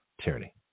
tyranny